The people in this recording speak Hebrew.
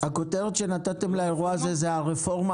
הכותרת שנתתם לאירוע הזה היא הרפורמה